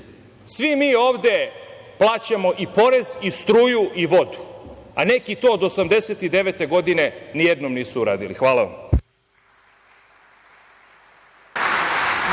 mi ovde plaćamo i porez i struju i vodu, a neki to od 1989. godine nijednom nisu uradili. Hvala.